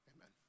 amen